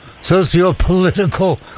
socio-political